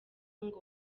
ngo